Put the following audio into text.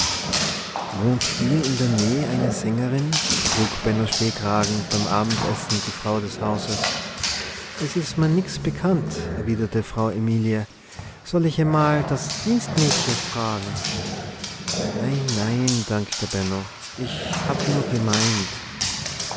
wohnt hier in der näh eine sängerin frug benno stehkragen beim abendessen die frau des hauses es is merr nix bekannt erwiderte frau emilie soll ich emal das dienstmädche frage nein nein dankte benno ich hab nur gemeint